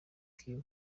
kim